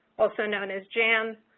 also known as jan,